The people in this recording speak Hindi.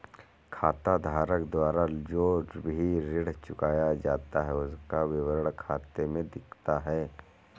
खाताधारक द्वारा जो भी ऋण चुकाया जाता है उसका विवरण खाते में दिखता है